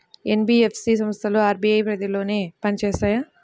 NBFC సంస్థలు RBI పరిధిలోనే పని చేస్తాయా?